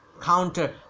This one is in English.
counter